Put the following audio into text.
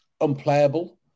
unplayable